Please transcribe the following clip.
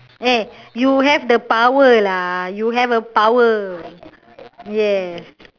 eh you have the power lah you have a power yes